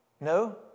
No